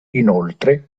inoltre